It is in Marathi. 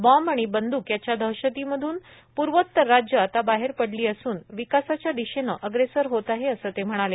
बॉम्ब आणि बंदूक याच्या दहशतीमधून पूर्वोत्तर राज्य आता बाहेर पडली असून विकासाच्या दिशेनं अग्रेसर होत आहे असं ते म्हणाले